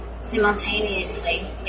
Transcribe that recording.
Simultaneously